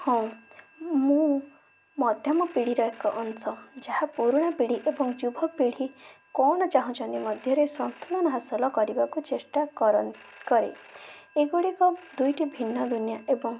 ହଁ ମୁଁ ମଧ୍ୟମ ପିଢ଼ୀର ଏକ ଅଂଶ ଯାହା ପୁରୁଣା ପିଢ଼ୀ ଏବଂ ଯୁବ ପିଢ଼ୀ କଣ ଚାହୁଁଛନ୍ତି ମଧ୍ୟରେ ସନ୍ତୁଳନ ହାସଲ କରିବାକୁ ଚେଷ୍ଟା କର କରେ ଏଗୁଡ଼ିକ ଦୁଇଟି ଭିନ୍ନ ଦୁନିଆ ଏବଂ